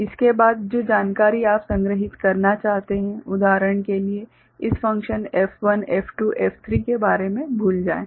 इसके बाद जो जानकारी आप संग्रहीत करना चाहते हैं उदाहरण के लिए इस फ़ंक्शन F1 F2 F3 के बारे में भूल जाएं